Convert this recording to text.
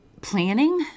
planning